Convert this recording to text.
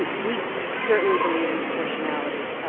we certainly believe in proportionality